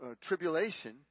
tribulation